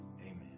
Amen